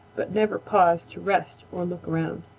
but never paused to rest or look around.